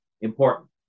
important